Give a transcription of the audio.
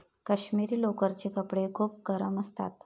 काश्मिरी लोकरचे कपडे खूप गरम असतात